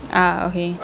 ah okay